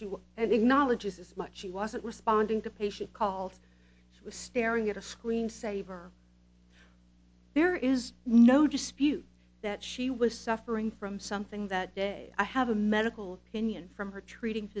what and acknowledges as much he wasn't responding to patient calls she was staring at a screen saver there is no dispute that she was suffering from something that day i have a medical opinion from her treating